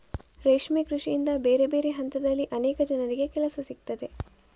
ರೇಷ್ಮೆ ಕೃಷಿಯಿಂದ ಬೇರೆ ಬೇರೆ ಹಂತದಲ್ಲಿ ಅನೇಕ ಜನರಿಗೆ ಕೆಲಸ ಸಿಗ್ತದೆ